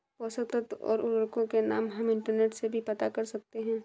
पोषक तत्व और उर्वरकों के नाम हम इंटरनेट से भी पता कर सकते हैं